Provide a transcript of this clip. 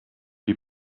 die